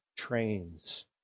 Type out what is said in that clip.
trains